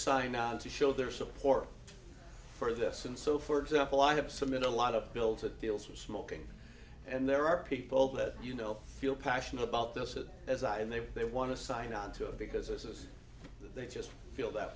sign on to show their support for this and so for example i have some in a lot of bill to deals with smoking and there are people that you know feel passionate about this that as i and they they want to sign on to it because as they just feel that